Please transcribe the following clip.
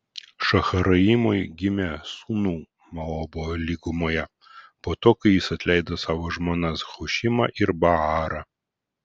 šaharaimui gimė sūnų moabo lygumoje po to kai jis atleido savo žmonas hušimą ir baarą